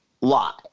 lie